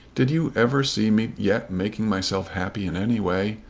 did you ever see me yet making myself happy in any way?